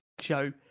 show